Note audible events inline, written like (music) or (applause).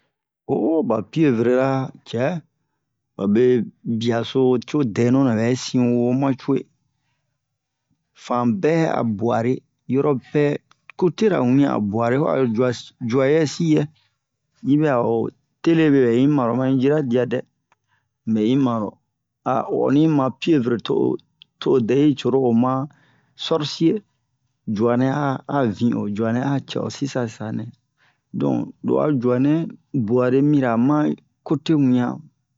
oo ba pievrera cɛ babe biaso co dɛnuna bɛ sin wo ma cu'e fanbɛ a buare yoropɛ coté ra wian a buare ba'e jua jua yɛsin'ɛ yibɛ a'o tele mebɛ'i maro ma'in jira diadɛ unbɛ i mano (hesitation) o yoni ima pievre to'o dɛ'i coro oma sorcier juanɛ'a a vio a cɛ'o sisa sisanɛ bon lo'a juanɛ buare mira ma cote wian